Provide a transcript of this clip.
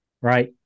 Right